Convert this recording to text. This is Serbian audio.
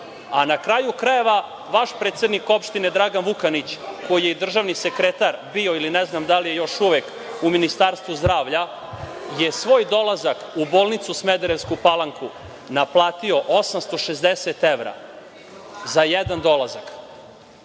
kraju krajeva, vaš predsednik opštine Dragan Vukanić, koji je državni sekretar bio, ili ne znam da li je još uvek u Ministarstvu zdravlja, je svoj dolazak u bolnicu u Smederevskoj Palanci naplatio 860 evra za jedan dolazak.